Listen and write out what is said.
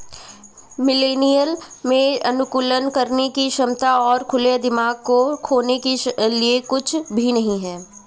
millennial में अनुकूलन करने की क्षमता और खुले दिमाग को खोने के लिए कुछ भी नहीं है